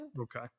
Okay